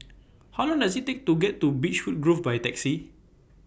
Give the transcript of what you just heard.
How Long Does IT Take to get to Beechwood Grove By Taxi